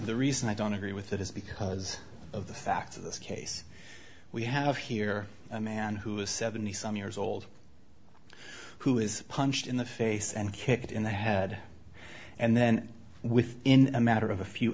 the reason i don't agree with it is because of the facts of this case we have here a man who is seventy some years old who is punched in the face and kicked in the head and then within a matter of a few